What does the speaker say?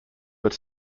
but